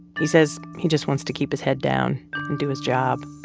he says he just wants to keep his head down and do his job